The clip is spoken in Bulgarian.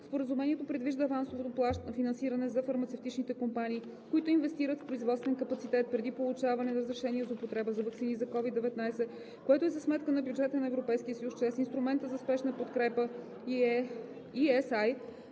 Споразумението предвижда авансово финансиране за фармацевтичните компании, които инвестират в производствен капацитет преди получаване на разрешение за употреба за ваксини за COVID-19, което e за сметка на бюджета на Европейския съюз чрез Инструмента за спешна подкрепа (ESI).